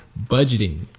Budgeting